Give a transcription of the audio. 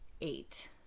eight